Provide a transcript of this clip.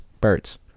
Birds